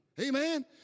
Amen